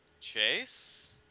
Chase